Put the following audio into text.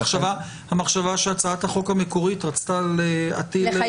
המחשבה שהצעת החוק המקורית רצתה להטיל חובה.